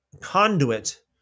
conduit